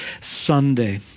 Sunday